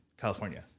California